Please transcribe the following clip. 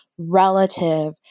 Relative